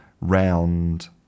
round